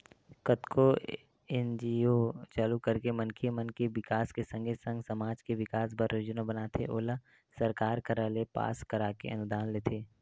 कतको एन.जी.ओ चालू करके मनखे मन के बिकास के संगे संग समाज के बिकास बर योजना बनाथे ओला सरकार करा ले पास कराके अनुदान लेथे